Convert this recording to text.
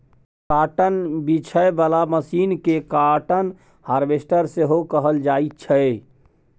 cotton बीछय बला machine केँ काँटन हार्वेस्टर सेहो कहल जाइ छै